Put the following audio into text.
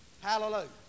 Hallelujah